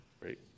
Great